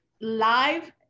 live